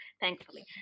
Thankfully